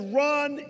run